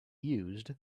used